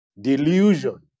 delusion